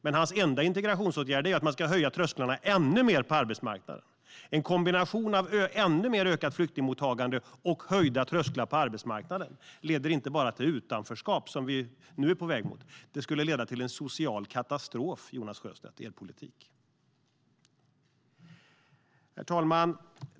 Men hans enda integrationsåtgärd är att höja trösklarna ännu mer på arbetsmarknaden. Er politik med en kombination av ytterligare ökat flyktingmottagande och höjda trösklar in på arbetsmarknaden leder inte bara till utanförskap, som vi nu är på väg mot, utan det skulle leda till en social katastrof, Jonas Sjöstedt. Herr talman!